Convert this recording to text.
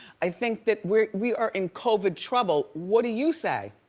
i think that we we are in covid trouble, what do you say?